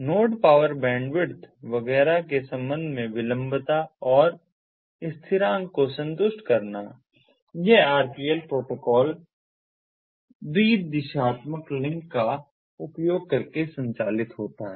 node power bandwidth वगैरह के संबंध में विलंबता और स्थिरांक को संतुष्ट करना यह RPL प्रोटोकॉल द्वि दिशात्मक लिंक का उपयोग करके संचालित होता है